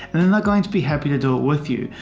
and then they're going to be happy to do it with you.